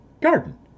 Garden